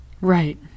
Right